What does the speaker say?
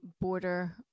border